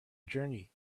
journey